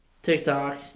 TikTok